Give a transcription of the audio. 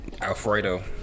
Alfredo